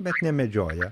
bet nemedžioja